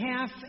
half